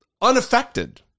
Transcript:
unaffected